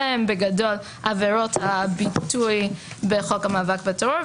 אלה בגדול עבירות הביטוי בחוק המאבק בטרור.